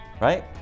right